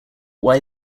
why